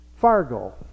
Fargo